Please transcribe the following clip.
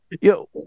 Yo